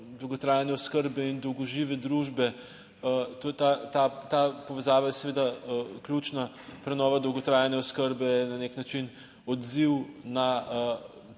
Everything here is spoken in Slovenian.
dolgotrajne oskrbe in dolgožive družbe. Ta povezava je seveda ključna. Prenova dolgotrajne oskrbe je na nek način odziv na